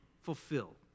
fulfill